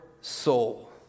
soul